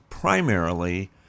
primarily